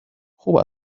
خوب